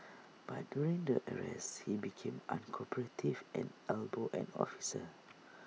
but during the arrest he became uncooperative and elbowed an officer